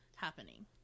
happening